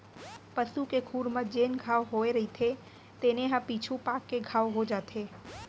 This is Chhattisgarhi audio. पसू के खुर म जेन घांव होए रइथे तेने ह पीछू पाक के घाव हो जाथे